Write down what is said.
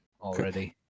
already